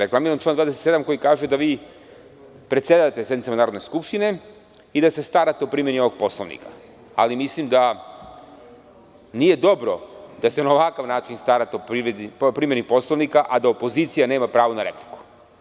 Reklamiram član 27. koji kaže da vi predsedavate sednicama Narodne skupštine i da se starate o primeni Poslovnika, ali mislim da nije dobro da se na ovakav način starate o primeni Poslovnika, a da opozicija nema pravo na repliku.